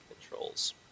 controls